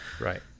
Right